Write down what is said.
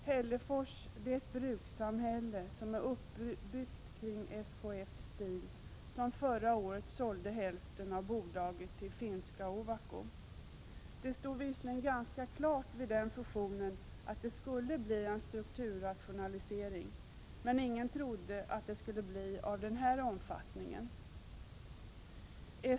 Hällefors är ett brukssamhälle som är uppbyggt kring SKF Steel som förra året sålde hälften av bolaget till finska Ovako. Det stod visserligen ganska klart vid den fusionen att det skulle ske en strukturrationalisering, men ingen trodde att det skulle bli av den här omfattningen.